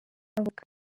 avuga